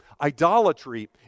idolatry